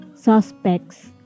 suspects